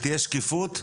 ותהיה שקיפות.